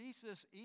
Jesus